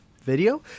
video